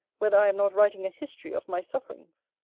whether i am not writing a history of my sufferings?